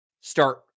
start